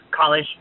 college